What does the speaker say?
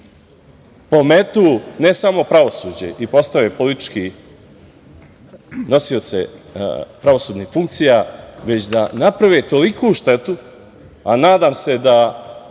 pometu ne samo pravosuđe i postanu politički nosioci pravosudnih funkcija već da naprave toliku štetu, a nadam se da